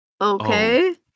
Okay